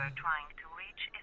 trying to reach